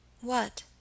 What